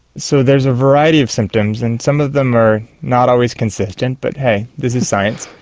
so there's a variety of symptoms, and some of them are not always consistent but, hey, this is science.